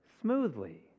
smoothly